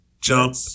jump